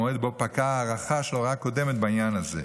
המועד שבו פקעה ההארכה של ההוראה הקודמת בעניין הזה.